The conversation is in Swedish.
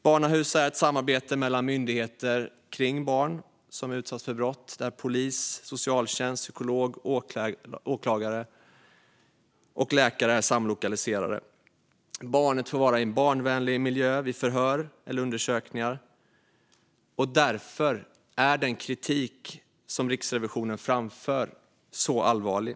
Barnahus är ett samarbete mellan myndigheter runt barn som utsatts för brott. Här är polis, socialtjänst, psykolog, åklagare och läkare samlokaliserade, och barnet får vara i en barnvänlig miljö vid förhör och undersökningar. Den kritik Riksrevisionen framför är allvarlig.